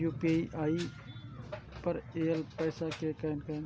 UPI पर आएल पैसा कै कैन?